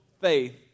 faith